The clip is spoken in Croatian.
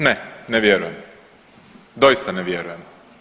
Ne, ne vjerujem, doista ne vjerujem.